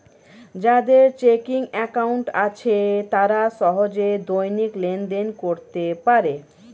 যাদের checking account আছে তারা সহজে দৈনিক লেনদেন করতে পারে